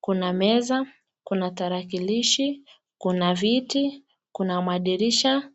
kuna meza, kuna tarakilishi , kuna viti, kuna madirisha.